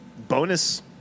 bonus